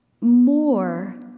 more